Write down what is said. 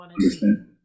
understand